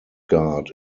guard